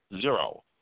Zero